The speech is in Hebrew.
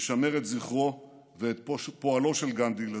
ישמר את זכרו ואת פועלו של גנדי לדורות.